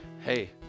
Hey